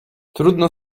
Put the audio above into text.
trudno